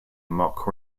mock